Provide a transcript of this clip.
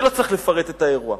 אני לא צריך לפרט את האירוע.